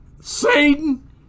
Satan